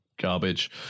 garbage